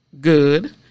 good